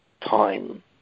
time